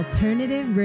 Alternative